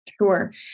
Sure